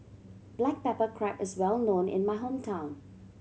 black pepper crab is well known in my hometown